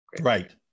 Right